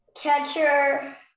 Catcher